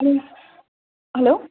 ಹ್ಞೂ ಹಲೋ